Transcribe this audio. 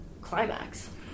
climax